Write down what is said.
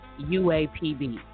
UAPB